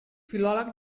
filòleg